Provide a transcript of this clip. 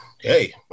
hey